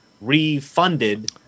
refunded